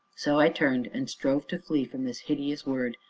so i turned and strove to flee from this hideous word,